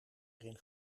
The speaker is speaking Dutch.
erin